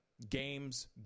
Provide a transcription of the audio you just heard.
games